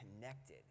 connected